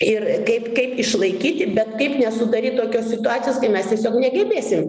ir kaip kaip išlaikyti bet kaip nesudaryt tokios situacijos kai mes tiesiog negebėsim